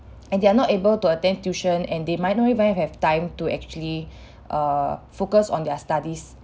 and they are not able to attend tuition and they might not even have time to actually err focus on their studies